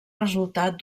resultat